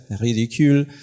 Ridicule